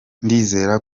ndizera